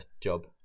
job